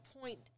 point